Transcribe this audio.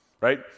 right